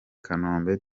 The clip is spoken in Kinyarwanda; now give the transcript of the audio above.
kanombe